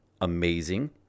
Amazing